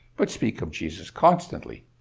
but speak of jesus constantly.